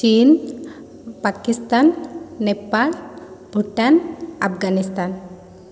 Chin Pakistan Nepal Bhutan Afghanistan